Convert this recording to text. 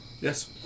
Yes